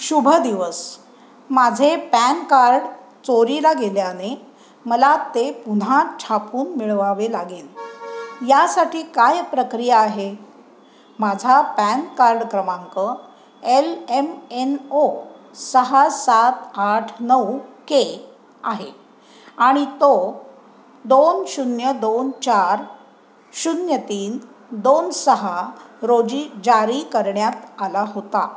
शुभ दिवस माझे पॅन कार्ड चोरीला गेल्याने मला ते पुन्हा छापून मिळवावे लागेल यासाठी काय प्रक्रिया आहे माझा पॅन कार्ड क्रमांक एल एम एन ओ सहा सात आठ नऊ के आहे आणि तो दोन शून्य दोन चार शून्य तीन दोन सहा रोजी जारी करण्यात आला होता